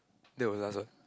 that was us what